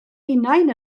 hunain